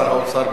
שר האוצר,